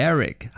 Eric